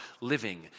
living